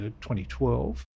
2012